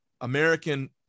American